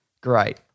Great